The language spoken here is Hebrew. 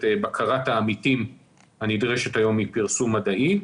בקרת העמיתים הנדרשת היום מפרסום מדעי.